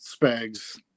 spags